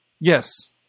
Yes